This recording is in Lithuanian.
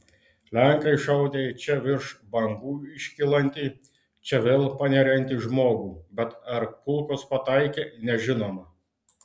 lenkai šaudę į čia virš bangų iškylantį čia vėl paneriantį žmogų bet ar kulkos pataikė nežinoma